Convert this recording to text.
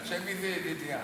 על שם מי זה ידידיה?